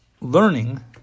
learning